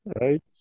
right